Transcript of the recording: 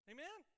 Amen